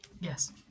Yes